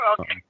Okay